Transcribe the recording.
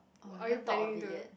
uh I haven't thought of it yet